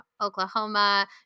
Oklahoma